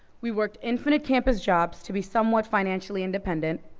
we worked infinite campus jobs to be somewhat financially independent,